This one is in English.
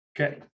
Okay